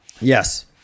Yes